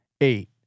eight